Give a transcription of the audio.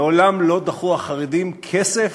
מעולם לא דחו החרדים באופן כה בוטה כסף